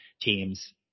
teams